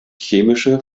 chemische